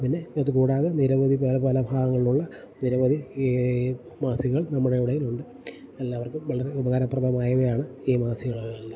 പിന്നെ ഇത് കൂടാതെ നിരവധി പല പല ഭാഗങ്ങളിൽ ഉള്ള നിരവധി ഈ മാസികകൾ നമ്മുടെ ഇടയിലുണ്ട് എല്ലാവർക്കും വളരെ ഉപകാരപ്രദമായവയാണ് ഈ മാസികകളെല്ലാം